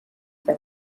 for